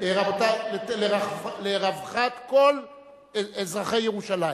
בהתאם, לרווחת כל אזרחי ירושלים.